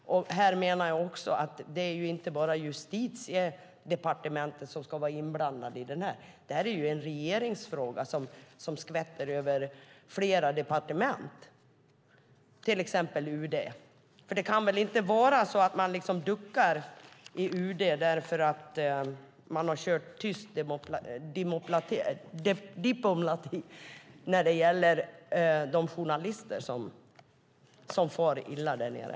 Jag menar också att det är inte bara Justitiedepartementet som ska vara inblandat i det här, utan det här är en regeringsfråga som skvätter över till flera departement, till exempel UD. För det kan väl inte vara så att man från UD:s sida duckar för att man har bedrivit tyst diplomati när det gäller de journalister som far illa där nere?